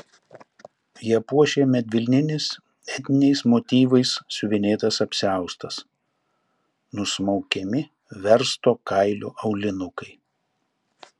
ją puošė medvilninis etniniais motyvais siuvinėtas apsiaustas nusmaukiami versto kailio aulinukai